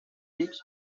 beach